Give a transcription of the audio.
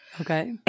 Okay